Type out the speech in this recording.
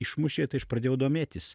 išmušė tai aš pradėjau domėtis